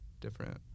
different